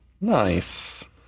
nice